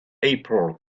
april